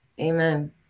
Amen